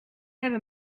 hebben